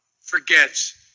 forgets